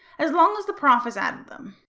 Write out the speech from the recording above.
as long as the prof has added them.